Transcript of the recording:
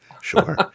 Sure